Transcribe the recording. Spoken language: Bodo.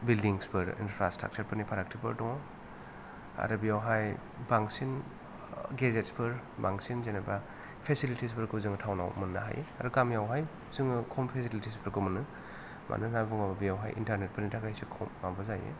बिल्दिंसफोर इनफ्रास्ट्राकसारफोरनि फारागथि दङ आरो बेयावहाय बांसिन गेजेतस फोर बांसिन जेन'बा फिसिलिटिस फोरखौ जों थावनाव मोननो हायो आरो गामियावहाय जोङो खम फिसिलिटिस फोरखौ मोनो मानो होनना बुङोब्ला बेवहाय इन्टारनेट फोरनि थाखाय एसे खम माबा जायो